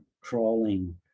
crawling